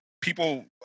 people